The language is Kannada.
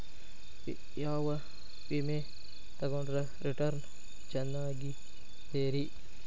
ಯಾವ ವಿಮೆ ತೊಗೊಂಡ್ರ ರಿಟರ್ನ್ ಚೆನ್ನಾಗಿದೆರಿ?